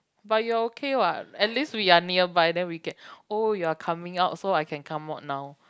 but you're okay what at least we are nearby then we can oh you are coming out so I can come out now